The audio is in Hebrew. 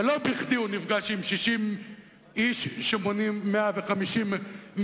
ולא בכדי הוא נפגש עם 60 איש שמונים 150 מיליארד.